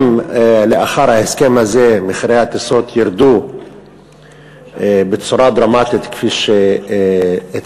אם לאחר ההסכם הזה מחירי הטיסות ירדו בצורה דרמטית כפי שהתבשרנו,